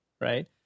Right